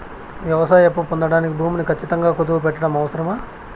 వ్యవసాయ అప్పు పొందడానికి భూమిని ఖచ్చితంగా కుదువు పెట్టడం అవసరమా?